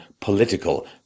political